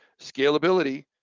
scalability